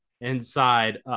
Inside